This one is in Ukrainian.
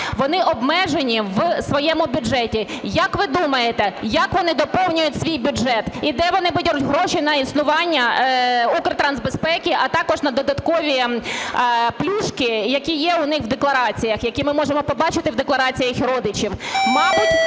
Вони обмежені в своєму бюджеті. Як ви думаєте, як вони доповнюють свій бюджет і де вони беруть гроші на існування Укртрансбезпеки, а також на додаткові "плюшки", які є у них в деклараціях, які ми можемо побачити в деклараціях їх родичів?